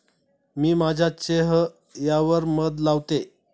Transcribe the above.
मी माझ्या चेह यावर मध लावते